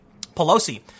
Pelosi